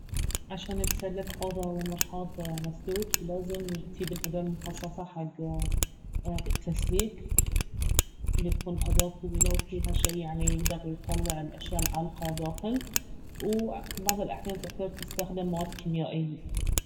عشان تسلك حوض او مرحاض مسدود لازم تييب الاداة المخصصة حق التسليك الي تكون أداة طويلة وفيها شي يعني يقدر يطلع الأشياء العالقة داخل وبعض الأحيان تحتاج تستخدم مواد كيميائية